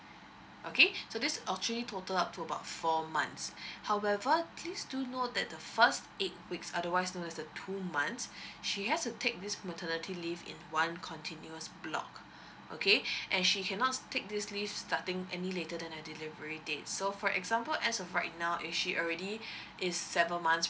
okay so this actually total up to about four months however please do note that the first eight weeks otherwise known as the two months she has to take this maternity leave in one continuous block okay and she cannot take this leave starting any later than her delivery date so for example as of right now if she already is seven months